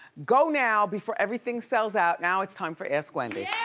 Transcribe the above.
go now before everything sells out. now it's time for ask wendy.